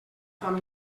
fam